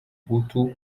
mobutu